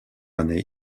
année